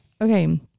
okay